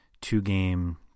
two-game